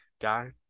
guy